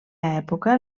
època